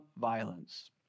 violence